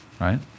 right